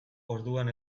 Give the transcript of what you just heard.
orduan